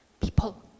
people